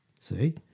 See